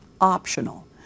optional